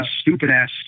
stupid-ass